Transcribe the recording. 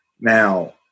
Now